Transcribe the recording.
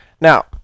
Now